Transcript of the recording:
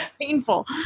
painful